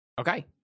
Okay